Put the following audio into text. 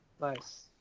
Nice